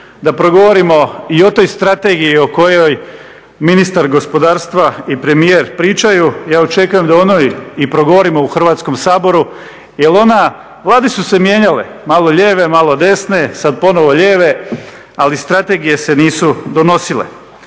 da progovorimo i o toj strategiji i o kojoj ministar gospodarstva i premijer pričaju, ja očekujem da o njoj progovorimo i u Hrvatskom saboru. vlade su se mijenjale, malo lijeve, malo desne, sada ponovo lijeve, ali strategije se nisu donosile.